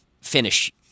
finish